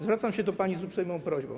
Zwracam się do pani z uprzejmą prośbą.